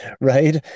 right